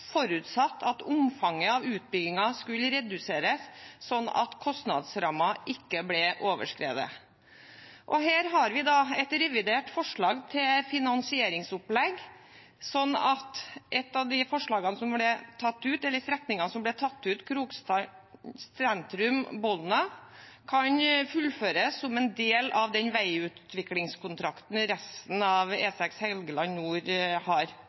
forutsatt at omfanget av utbyggingen skulle reduseres, slik at kostnadsrammen ikke ble overskredet. Her har vi et revidert forslag til finansieringsopplegg, slik at en av de strekningene som ble tatt ut, Krokstrand sentrum–Bolna, kan fullføres som en del av den veiutviklingskontrakten resten av E6 Helgeland nord har